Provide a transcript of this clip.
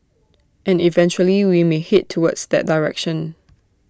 and eventually we may Head towards that direction